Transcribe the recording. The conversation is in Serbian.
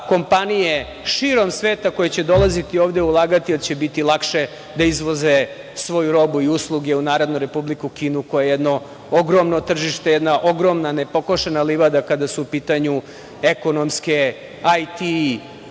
kompanije širom sveta koje će dolaziti ovde i ulagati, jer će biti lakše da izvoze svoju robu i usluge u Narodnu Republiku Kinu koja je jedno ogromno tržište, jedna ogromna nepokošena livada, kada su u pitanju ekonomske, IT i